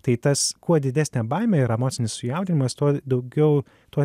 tai tas kuo didesnė baimė ir emocinis sujaudinimas tuo daugiau tuo